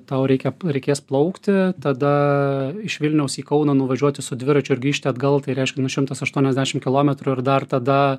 tau reikia reikės plaukti tada iš vilniaus į kauną nuvažiuoti su dviračiu ir grįžti atgal tai reiškia nu šimtas aštuoniasdešim kilometrų ir dar tada